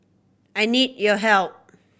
I need your help